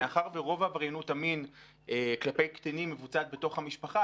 מאחר ורוב עבריינות המין כלפי קטינים מבוצעת בתוך המשפחה,